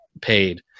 paid